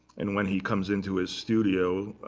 and when he comes into his studio,